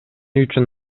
үчүн